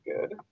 good